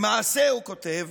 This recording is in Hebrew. למעשה הוא כתב,